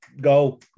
go